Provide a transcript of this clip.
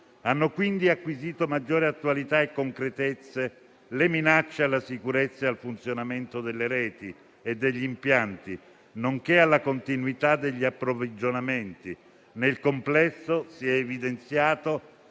Hanno quindi acquisito maggiore attualità e concretezza le minacce alla sicurezza e al funzionamento delle reti e degli impianti, nonché alla continuità degli approvvigionamenti. Nel complesso, si è evidenziato